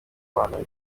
abana